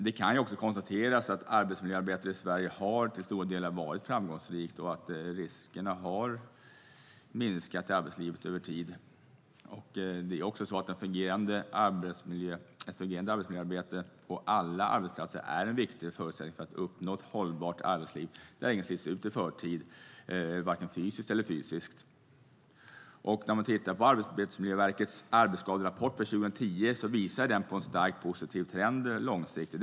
Det kan också konstateras att arbetsmiljöarbetet i Sverige till stora delar har varit framgångsrikt och att riskerna i arbetslivet har minskat över tid. Ett fungerande arbetsmiljöarbete på alla arbetsplatser är en viktig förutsättning för att man ska uppnå ett hållbart arbetsliv där ingen slits ut i förtid vare sig fysiskt eller psykiskt. Arbetsmiljöverkets arbetsskaderapport för 2010 visar en stark positiv trend långsiktigt.